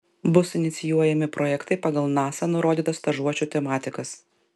bus inicijuojami projektai pagal nasa nurodytas stažuočių tematikas